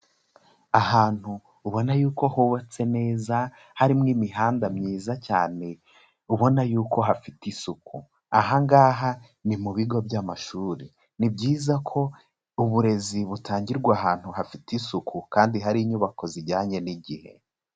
Ahantu ubona yuko hubatse neza harimo imihanda myiza cyane ubona yuko hafite isuku, aha ngaha ni mu bigo by'amashuri, ni byiza ko uburezi butangirwa ahantu hafite isuku kandi hari inyubako zijyanye n'igihe.